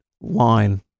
line